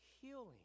healing